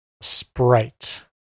Sprite